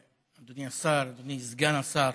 אדוני השר, אדוני סגן השר,